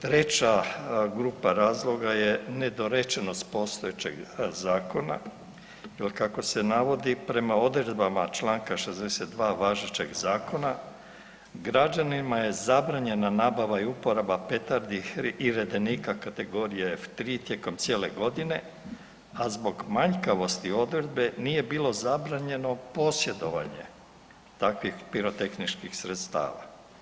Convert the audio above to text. Treća grupa razloga je nedorečenost postojećeg zakona jel kako se navodi prema odredbama čl. 62. važećeg zakona građanima je zabranjena nabava i uporaba petardi i redenika kategorije F3 tijekom cijele godine, a zbog manjkavosti odredbe nije bilo zabranjeno posjedovanje takvih pirotehničkih sredstava.